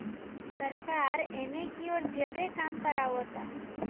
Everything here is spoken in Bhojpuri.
सरकार एने कियोर ज्यादे काम करावता